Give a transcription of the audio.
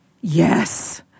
yes